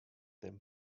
them